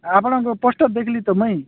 ଆପଣଙ୍କ ପୋଷ୍ଟର ଦେଖିଲି ତ ମୁଇଁ